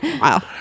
wow